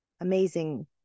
amazing